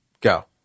Go